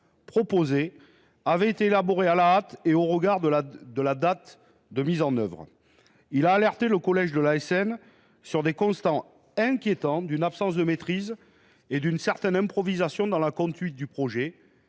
proposé avait été élaboré à la hâte au regard de la date de mise en œuvre. Le CSE de l’IRSN a également alerté le collège de l’ASN « sur des constats inquiétants d’une absence de maîtrise et d’une certaine improvisation dans la conduite du projet